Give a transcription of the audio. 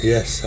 Yes